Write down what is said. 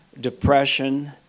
depression